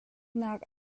naak